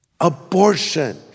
Abortion